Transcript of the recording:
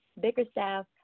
Bickerstaff